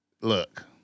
Look